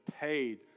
paid